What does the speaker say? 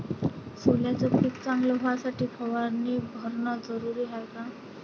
सोल्याचं पिक चांगलं व्हासाठी फवारणी भरनं जरुरी हाये का?